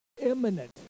Imminent